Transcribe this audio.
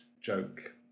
joke